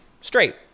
straight